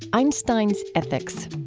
einstein's ethics.